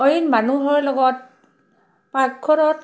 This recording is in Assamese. অইন মানুহৰ লগত পাকঘৰত